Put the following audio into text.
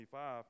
25